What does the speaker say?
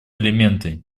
элементы